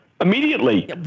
immediately